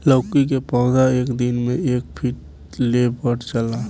लैकी के पौधा एक दिन मे एक फिट ले बढ़ जाला